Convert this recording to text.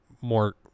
more